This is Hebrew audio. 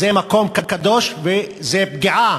זה מקום קדוש, וזו פגיעה